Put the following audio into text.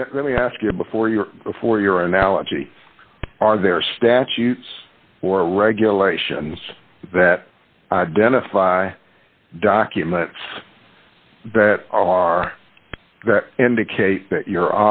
it let me ask you before your before your analogy are there statutes or regulations that identify documents that are that indicate that you're